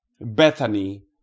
Bethany